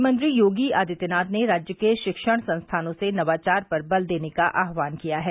मुख्यमंत्री योगी आदित्यनाथ ने राज्य के शिक्षण संस्थानों से नवाचार पर बल देने का आहवान किया है